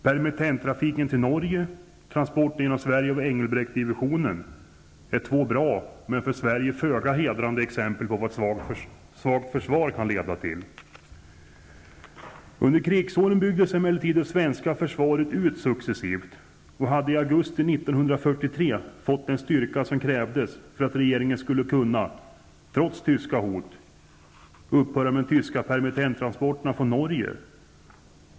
Permittenttrafiken till Norge och transporten genom Sverige av Engelbrechtdivisionen är två bra, men för Sverige föga hedrande, exempel på vad ett svagt försvar kan leda till. Under krigsåren byggdes emellertid det svenska försvaret ut successivt. I augusti 1943 hade det fått den styrka som krävdes för att regeringen, trots tyska hot, skulle kunna besluta om ett upphörande av de tyska permittenttransporterna från Norge.